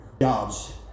Jobs